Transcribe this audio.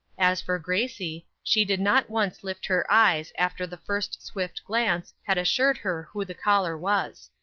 as for gracie, she did not once lift her eyes after the first swift glance had assured her who the caller was.